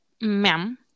Ma'am